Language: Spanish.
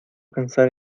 pensar